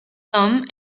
thom